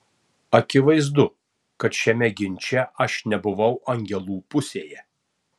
akivaizdu kad šiame ginče aš nebuvau angelų pusėje